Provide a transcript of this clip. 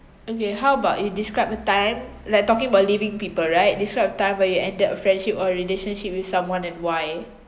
okay how about you describe a time like talking about leaving people right describe a time when you ended a friendship or a relationship with someone and why